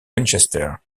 winchester